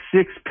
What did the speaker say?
six